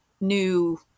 new